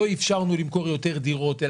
לא אפשרנו למכור יותר דירות,